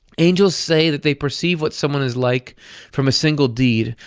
angels say that they perceive what someone is like from a single deed,